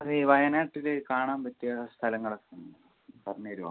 അത് ഈ വയനാട്ടിൽ കാണാൻ പറ്റിയ സ്ഥലങ്ങൾ ഒക്കെ ഒന്ന് പറഞ്ഞെരുവോ